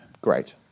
Great